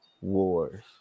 Wars